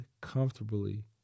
comfortably